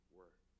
work